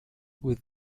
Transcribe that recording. with